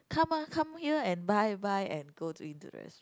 come mah come here and buy buy and go to into the rest